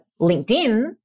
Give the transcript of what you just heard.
LinkedIn